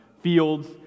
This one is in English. fields